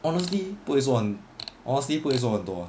honestly 不会说很 honestly 不会说很多 lah